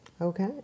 Okay